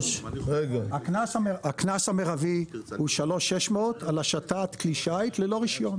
הקנס המרבי הוא 3,600 על השטת כלי שיט ללא רישיון.